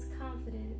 confident